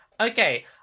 Okay